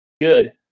good